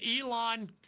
Elon